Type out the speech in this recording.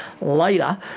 Later